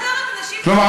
מה,